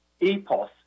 EPOS